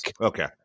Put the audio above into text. Okay